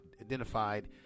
identified